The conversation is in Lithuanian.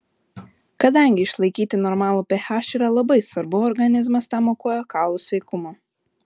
kadangi išlaikyti normalų ph yra labai svarbu organizmas tam aukoja kaulų sveikumą